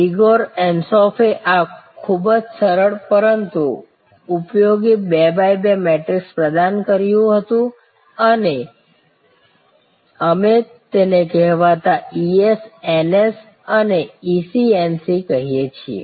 Igor એન્સોફે આ ખૂબ જ સરળ પરંતુ ખૂબ જ ઉપયોગી 2 બાય 2 મેટ્રિક્સ પ્રદાન કર્યું હતું અને અમે તેને કહેવાતા ES NS અને EC NC કહીએ છીએ